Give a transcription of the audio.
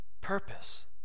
purpose